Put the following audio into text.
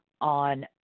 On